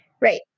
Right